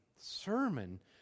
sermon